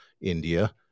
India